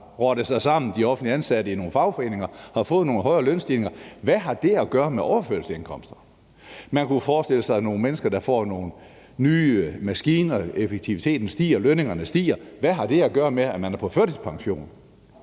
rottet sig sammen i nogle fagforeninger og har fået nogle højere lønstigninger, hvad har det så at gøre med overførselsindkomster? Man kunne forestille sig nogle mennesker, der får nogle nye maskiner, og at effektiviteten stiger og lønningerne stiger, men hvad har det at gøre med, at man er på førtidspension?